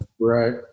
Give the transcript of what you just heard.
Right